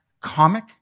Comic